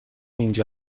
اینجا